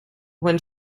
when